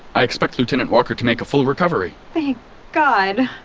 i expect lieutenant walker to make a full recovery thank god